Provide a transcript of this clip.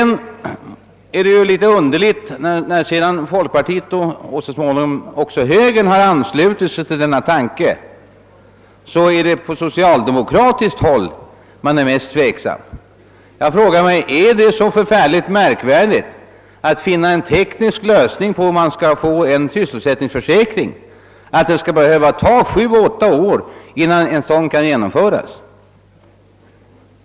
När folkpartiet och så småningom även högern anslutit sig till denna tanke, är det litet underligt att det är på socialdemokratiskt håll som man är mest tveksam. Jag frågar mig, om det är så förfärligt svårt att finna en teknisk lösning i denna fråga, att det skall behöva ta sju, åtta år, innan en sysselsättningsförsäkring kan genomföras.